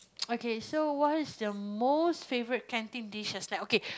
okay so what's the most favourite canteen dishes like okay